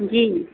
जी